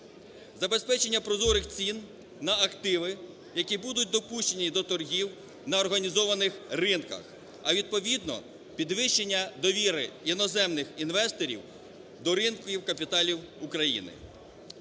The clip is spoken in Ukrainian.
Забезпечення прозорих цін на активи, які будуть допущені до торгів на організованих ринках, а відповідно підвищення довіри іноземних інвесторів до ринків капіталів України.